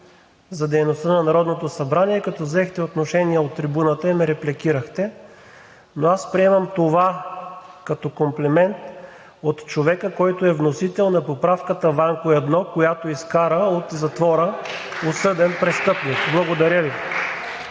събрание, като взехте отношение от трибуната и ме репликирахте. Но аз приемам това като комплимент от човека, който е вносител на поправката Ванко-1, която изкара от затвора осъден престъпник. Благодаря Ви.